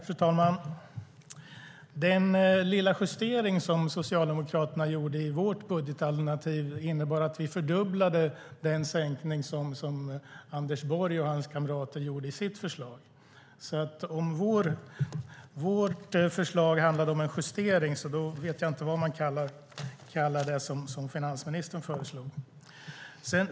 Fru talman! Den lilla justering som vi socialdemokrater gjorde i vårt budgetalternativ innebar att vi fördubblade sänkningen i Anders Borgs och hans kamraters förslag, så om vårt förslag handlade om en justering vet jag inte vad man ska kalla det som finansministern föreslog.